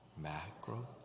Macro